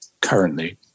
currently